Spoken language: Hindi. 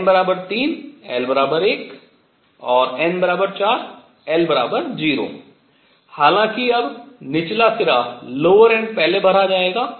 n 3 l 1 और n 4 l0 हालांकि अब निचला सिरा पहले भरा जाएगा